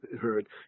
heard